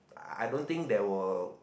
I don't think they will